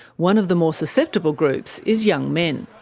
one of the more susceptible groups is young men.